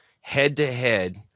head-to-head